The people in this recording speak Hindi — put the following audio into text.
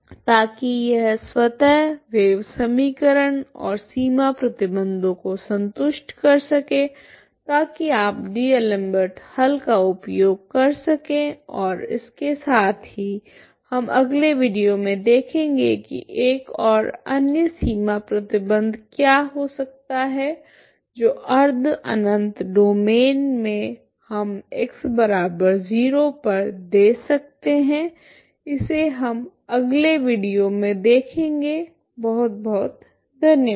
ताकि यह स्वतः वेव समीकरण और सीमा प्रतिबंधों को संतुष्ट कर सके ताकि आप डी'एलेम्बर्ट हल का उपयोग कर सकें और इसके साथ ही हम अगले वीडियो में देखेंगे कि एक और अन्य सीमा प्रतिबंध क्या हो सकता है जो अर्ध अनंत डोमैन में हम x0 पर दे सकते हैं इसे हम अगले वीडियो में देखेगे बहुत बहुत धन्यवाद